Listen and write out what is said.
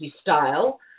style